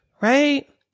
right